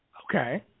Okay